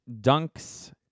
Dunks